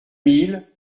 mille